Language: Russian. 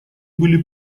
были